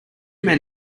men